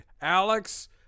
Alex